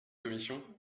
commission